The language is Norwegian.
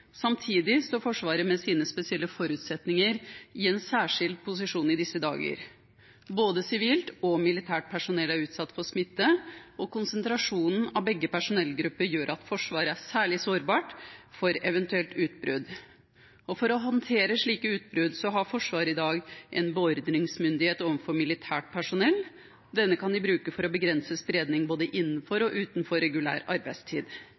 Samtidig står Forsvaret med sine spesielle forutsetninger i en særskilt posisjon i disse dager. Både sivilt og militært personell er utsatt for smitte, og konsentrasjonen av begge personellgrupper gjør at Forsvaret er særlig sårbart for eventuelt utbrudd. For å håndtere slike utbrudd har Forsvaret i dag en beordringsmyndighet overfor militært personell. Denne kan de bruke for å begrense spredning både innenfor og utenfor regulær arbeidstid.